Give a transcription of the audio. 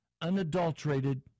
unadulterated